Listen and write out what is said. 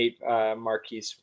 marquis